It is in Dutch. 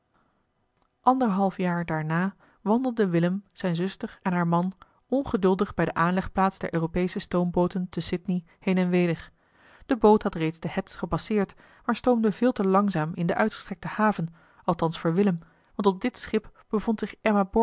anderhalf jaar daarna wandelden willem zijne zuster en haar man ongeduldig bij de aanlegplaats der europeesche stoombooten te sydney heen en weder de boot had reeds de heads gepasseerd maar stoomde veel te langzaam in de uitgestrekte haven althans voor willem want op dit schip bevond zich